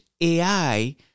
AI